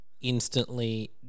instantly